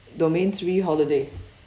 domain three holiday